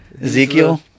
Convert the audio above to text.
Ezekiel